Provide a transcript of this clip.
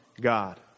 God